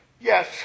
Yes